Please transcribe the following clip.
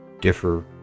differ